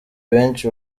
benshi